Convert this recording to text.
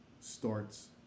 starts